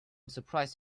surprised